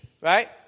right